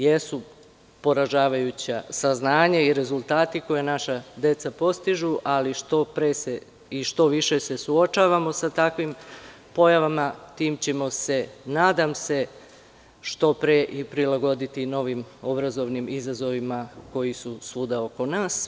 Jesu poražavajuća saznanja i rezultati koje naša deca postižu, ali što pre i što više se suočavamo sa takvim pojavama, tim ćemo se, nadam se, što pre i prilagoditi novim obrazovnim izazovima, koji su svuda oko nas.